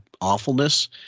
awfulness